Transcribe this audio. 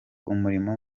urimo